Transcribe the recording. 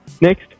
Next